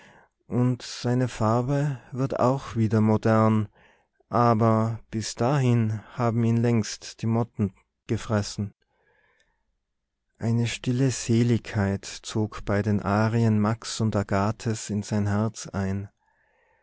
und seine farbe wird auch wieder modern aber bis dahin haben ihn längst die motten gefressen eine stille seligkeit zog bei den arien max und agathes in sein herz ein